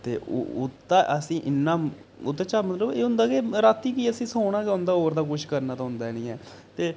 ते उत्तै असें ई इन्ना ओह्दे चा मतलब केह् होंदा कि राती बी असैं गी सोना गै होंदा होर ते किश करना ते होंदा नेईं ऐ